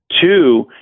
Two